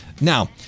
Now